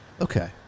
Okay